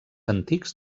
antics